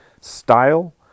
style